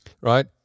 right